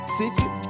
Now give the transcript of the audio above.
city